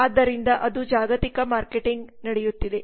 ಆದ್ದರಿಂದ ಅದು ಜಾಗತಿಕ ಮಾರ್ಕೆಟಿಂಗ್ ನಡೆಯುತ್ತಿದೆ